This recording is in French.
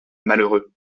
malheureux